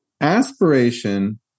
aspiration